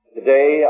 Today